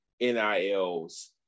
NILs